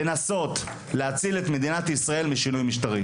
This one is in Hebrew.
לנסות להציל את מדינת ישראל משינוי משטרי,